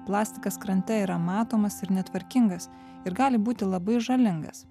plastikas krante yra matomas ir netvarkingas ir gali būti labai žalingas